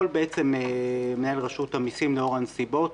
יכול בעצם מנהל רשות המיסים לאור הנסיבות,